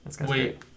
Wait